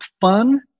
fun